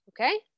Okay